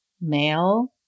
male